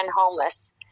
homeless